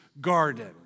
garden